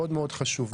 מאוד חשוב.